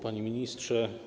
Panie Ministrze!